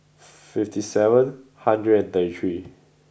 fifty seven hundred and thirty three